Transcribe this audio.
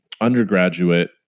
undergraduate